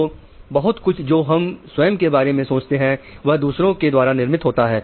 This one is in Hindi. तो बहुत कुछ जो हम स्वयं के बारे में सोचते हैं वह दूसरों के द्वारा निर्मित होता है